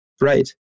Right